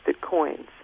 coins